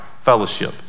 fellowship